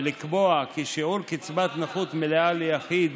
ולקבוע כי שיעור קצבת נכות מלאה ליחיד